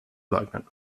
leugnen